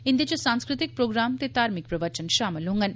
इंदे च सांस्कृतिक प्रोग्राम ते धार्मिक प्रवचन षामल होंगन